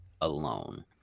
alone